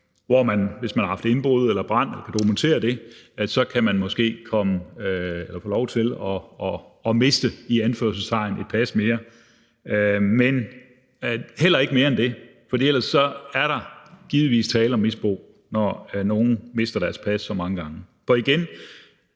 Hvis man har haft indbrud eller brand og kan dokumentere det, kan man måske få lov til at miste – i anførselstegn – et pas mere, men heller ikke mere end det, for ellers er der givetvis tale om misbrug, når nogle mister deres pas så mange gange.